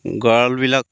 গড়ালবিলাক